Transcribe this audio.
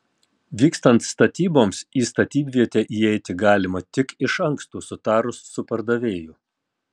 vykstant statyboms į statybvietę įeiti galima tik iš anksto sutarus su pardavėju